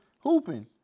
hooping